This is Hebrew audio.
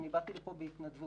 אני באתי לבוא פה בהתנדבות.